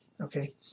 Okay